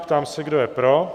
Ptám se, kdo je pro?